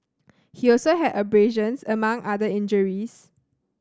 he also had abrasions among other injuries